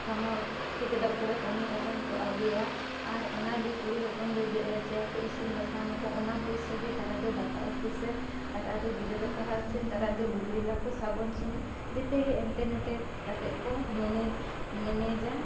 ᱠᱟᱢᱟᱣ ᱴᱷᱤᱠᱟᱹᱫᱟᱨ ᱠᱚᱨᱮ ᱠᱟᱹᱢᱤ ᱠᱟᱛᱮᱱ ᱠᱚ ᱟᱹᱜᱩᱭᱟ ᱟᱨ ᱚᱱᱟ ᱜᱮ ᱠᱩᱲᱤ ᱦᱚᱯᱚᱱ ᱫᱚ ᱡᱚᱜ ᱨᱟᱪᱟᱭᱟᱠᱚ ᱤᱥᱤᱱ ᱵᱟᱥᱟᱝᱟᱠᱚ ᱚᱱᱟ ᱯᱩᱥᱟᱹᱜᱮ ᱛᱟᱨᱟ ᱫᱚ ᱫᱟᱠᱟ ᱩᱛᱩ ᱥᱮᱫ ᱛᱟᱨᱟ ᱫᱚ ᱜᱤᱫᱽᱨᱟᱹ ᱯᱟᱲᱦᱟᱣ ᱥᱮᱫ ᱛᱟᱨᱟ ᱫᱚ ᱞᱩᱜᱽᱲᱤ ᱞᱟᱯᱚ ᱥᱟᱵᱚᱱ ᱥᱩᱱᱩᱢ ᱡᱚᱛᱚᱜᱮ ᱚᱱᱛᱮ ᱱᱚᱛᱮ ᱠᱟᱛᱮᱫ ᱠᱚ ᱢᱮᱱᱮ ᱢᱮᱱᱮᱡᱟ